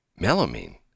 Melamine